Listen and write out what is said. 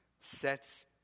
sets